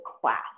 class